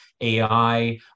AI